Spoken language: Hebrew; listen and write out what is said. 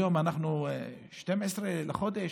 היום אנחנו ב-12 בחודש,